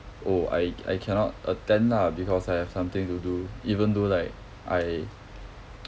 oh I I cannot attend lah because I have something to do even though like I